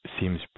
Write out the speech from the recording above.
seems